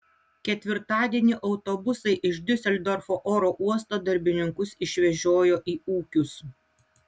ketvirtadienį autobusai iš diuseldorfo oro uosto darbininkus išvežiojo į ūkius